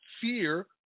fear